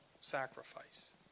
sacrifice